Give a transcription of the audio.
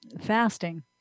fasting